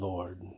Lord